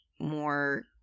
more